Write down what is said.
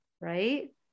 right